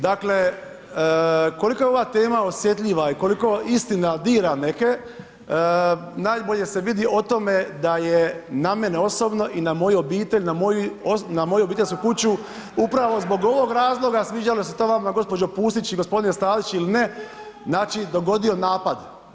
Dakle, koliko je ova tema osjetljiva i koliko istina dira neke najbolje se vidi o tome da je na mene osobno i na moju obitelj, na moju obiteljsku kuću upravo zbog ovog razloga sviđalo se to vama gospođo Pusić i gospodine Stazić ili ne znači dogodio napad.